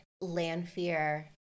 lanfear